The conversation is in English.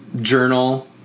journal